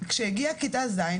וכשהגיעה כיתה ז',